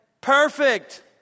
perfect